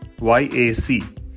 YAC